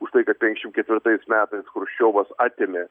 už tai kad penkiasdešim ketvirtais metais chruščiovas atėmė